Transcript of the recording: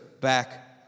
back